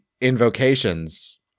invocations